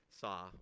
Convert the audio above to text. saw